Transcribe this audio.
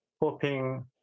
hoping